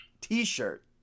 t-shirt